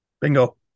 Bingo